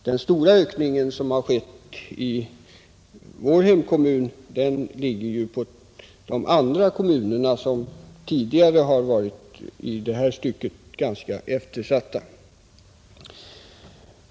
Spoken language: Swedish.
Den stora ökning som skett i vår hemkommun, härrör från de andra delkommunerna, som tidigare varit i detta stycke ganska eftersatta.